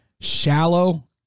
shallow